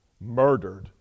murdered